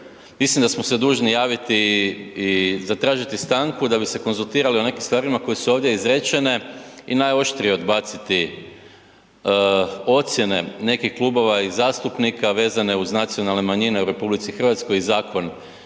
Mislim da smo se dužni javiti i zatražiti stanku da bi se konzultirali o nekim stvarima koje su ovdje izrečene i najoštrije odbaciti ocjene nekih klubova i zastupnika vezane uz nacionalne manjine u RH i zakon čije